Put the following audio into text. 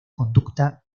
conducta